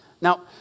Now